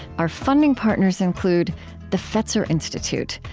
our funding partners include the fetzer institute,